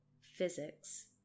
physics